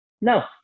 No